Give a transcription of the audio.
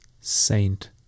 Saint